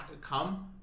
come